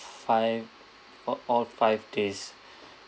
five for all five days